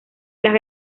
las